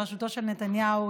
בראשותו של נתניהו,